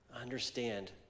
understand